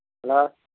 hello